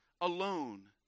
alone